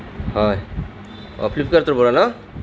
হয় অ ফ্লিপকাৰ্টৰ পৰা ন'